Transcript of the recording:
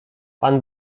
pan